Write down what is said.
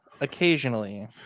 occasionally